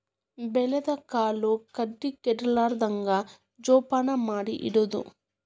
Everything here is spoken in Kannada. ಬೆಳದ ಕಾಳು ಕಡಿ ಕೆಡಲಾರ್ದಂಗ ಜೋಪಾನ ಮಾಡಿ ಇಡುದು